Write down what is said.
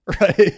right